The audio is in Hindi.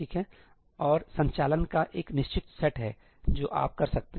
और संचालन का एक निश्चित सेट है जो आप कर सकते हैं